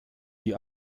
die